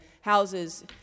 houses